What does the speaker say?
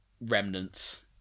remnants